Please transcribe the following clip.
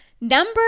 Number